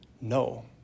No